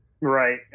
right